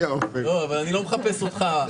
אבל אני לא מחפש אותך.